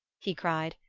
he cried,